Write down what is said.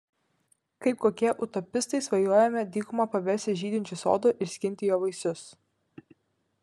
kaip kokie utopistai svajojome dykumą paversti žydinčiu sodu ir skinti jo vaisius